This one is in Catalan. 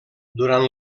durant